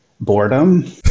boredom